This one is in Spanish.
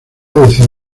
decidió